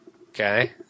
Okay